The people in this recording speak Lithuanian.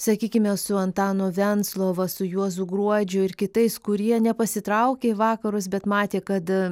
sakykime su antanu venclova su juozu gruodžiu ir kitais kurie nepasitraukė į vakarus bet matė kad